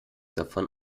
davon